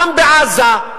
גם בעזה,